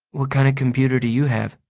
what kind of computer do you have?